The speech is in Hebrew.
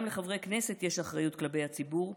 גם לחברי כנסת יש אחריות כלפי הציבור,